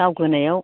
दावगानायाव